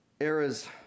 era's